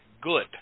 good